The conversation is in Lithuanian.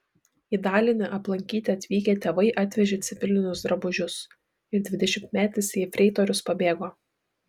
į dalinį aplankyti atvykę tėvai atvežė civilinius drabužius ir dvidešimtmetis jefreitorius pabėgo